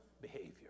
behavior